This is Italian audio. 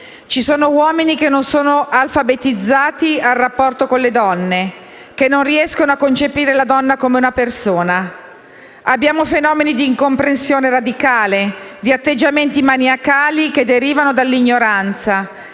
Ci sono uomini che non sono alfabetizzati al rapporto con le donne, che non riescono a concepire la donna come una persona. Abbiamo fenomeni di incomprensione radicale, di atteggiamenti maniacali che derivano dall'ignoranza